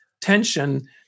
tension